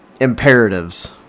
Imperatives